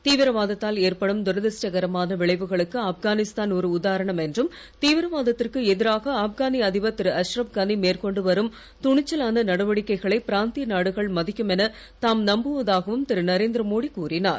திவிரவாதத்தால் ஏற்படும் துரதிருஷ்டகரமான விளைவுகளுக்கு ஆப்கானிஸ்தான் ஒரு உதாரணம் என்றும் தீவிரவாதத்திற்கு எதிராக ஆப்கானிய அதிபர் திருஅஷ்ரப் கனி மேற்கொண்டுவரும் துணிச்சலான நடவடிக்கைகளை பிராந்திய நாடுகள் மதிக்கும் என தாம் நம்புவதாகவும் திருநரேந்திர மோடி கூறிஞர்